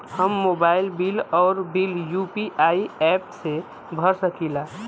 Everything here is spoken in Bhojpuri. हम मोबाइल बिल और बिल यू.पी.आई एप से भर सकिला